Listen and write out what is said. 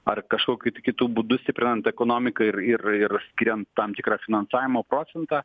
ar kažkokiu tai kitu būdu stiprinant ekonomiką ir ir ir skiriant tam tikrą finansavimo procentą